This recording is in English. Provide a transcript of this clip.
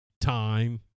time